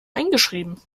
eingeschrieben